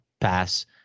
pass